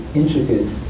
intricate